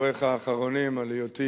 דבריך האחרונים על היותי